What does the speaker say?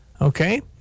Okay